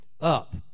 up